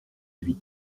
huit